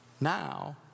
Now